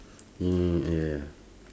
mm ya ya